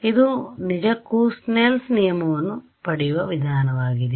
ಇದು ನಿಜಕ್ಕೂ ಸ್ನೆಲ್ನSnell's ನಿಯಮವನ್ನು ಪಡೆಯುವ ವಿಧಾನವಾಗಿದೆ